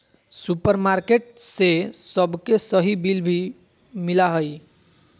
supermarket से सबके सही बिल भी मिला हइ